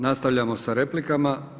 Nastavljamo sa replikama.